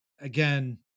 again